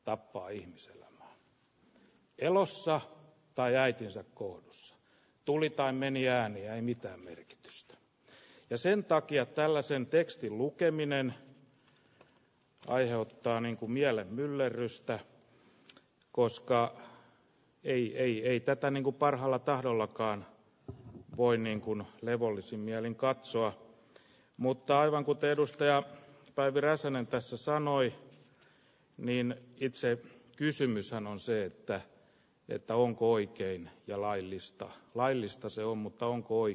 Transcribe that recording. tappaa ihmisiä elossa tai äitinsä kohdussa tulitaon menijään mitään merkitystä ja sen takia tällaisen tekstin lukeminen aiheuttaa niinku miellä myllerrystä koska hän ei liene tätä niinku parhaalla tahdollakaan tavoin niinkun levollisin mielin katsoa mutta aivan kuten edustaja päivi räsänen pesu sanoi minä itse kysymys sanoin selittää että onko oikein ja laillistaa laillista se on mutta onko oi